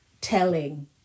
telling